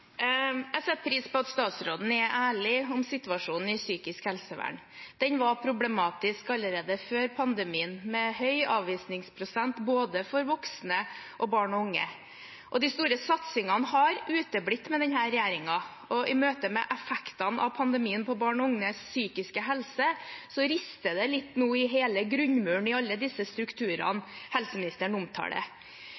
Jeg setter pris på at statsråden er ærlig om situasjonen i psykisk helsevern. Den var problematisk allerede før pandemien, med høy avvisningsprosent både for voksne og barn og unge. De store satsingene har uteblitt med denne regjeringen, og i møte med effektene av pandemien for barn og unges psykiske helse rister det nå litt i hele grunnmuren i alle de strukturene